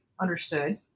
understood